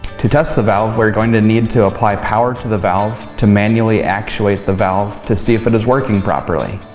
to test the valve we are going to need to apply power to the valve to manually actuate the valve to see if it is working properly.